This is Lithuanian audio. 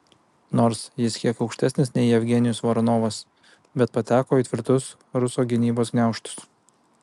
nors jis kiek aukštesnis nei jevgenijus voronovas bet pateko į tvirtus ruso gynybos gniaužtus